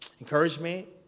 encouragement